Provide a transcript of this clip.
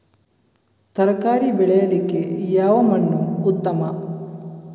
ತರಕಾರಿ ಬೆಳೆಯಲಿಕ್ಕೆ ಯಾವ ಮಣ್ಣು ಉತ್ತಮ?